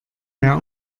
mehr